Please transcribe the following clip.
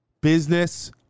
business